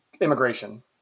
immigration